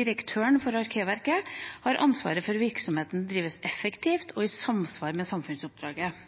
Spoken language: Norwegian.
Direktøren for Arkivverket har ansvar for at virksomheten drives effektivt og i samsvar med samfunnsoppdraget.